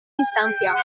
instancia